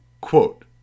Quote